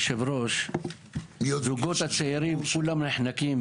הזוגות הצעירים, כולם נחנקים,